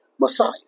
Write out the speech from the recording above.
Messiah